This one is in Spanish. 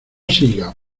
siga